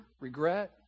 regret